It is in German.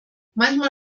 manchmal